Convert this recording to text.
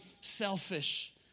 selfish